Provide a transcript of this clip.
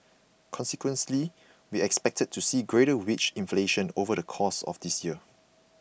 consequently we expect to see greater wage inflation over the course of this year